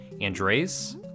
Andres